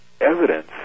evidence